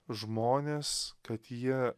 žmones kad jie